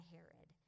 Herod